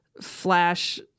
Flash